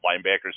linebackers